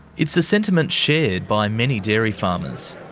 it's a sentiment shared by many dairy farmers.